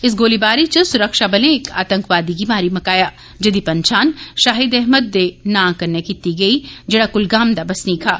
इस गोलीबारी च सुरक्षाबलें इक आतंकी गी मारी मकाया जेहदी पंछान शाहिद अहमद ने नां कन्नै कीती गेई जेहड़ा कुलगाम दा बसनीक हा